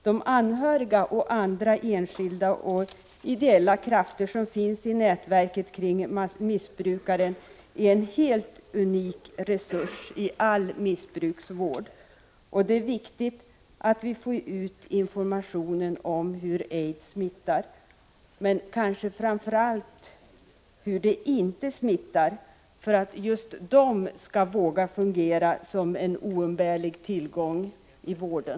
De anhöriga och andra enskilda och ideella krafter som finns i nätverket kring missbrukaren är en helt unik resurs i all missbrukarvård. Det är därför viktigt att vi får ut informationen om hur aids smittar, eller kanske framför allt hur aids inte smittar, för att just de skall våga fungera som den oumbärliga tillgång de är i vården.